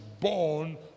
born